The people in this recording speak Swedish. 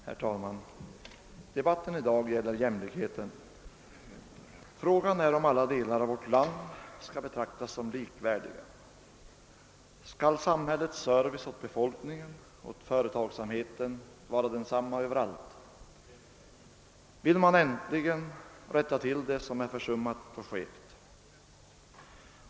Herr talman! Debatten i dag gäller jämlikheten. Frågan är om alla delar av vårt land skall betraktas som likvärdiga. Skall samhällets service åt befolkningen och åt företagsamheten vara densamma överallt? Vill man nu äntligen rätta till det som är försummat och skevt?